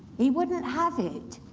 he wouldn't have it,